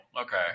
okay